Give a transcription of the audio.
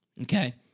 Okay